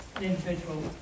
individual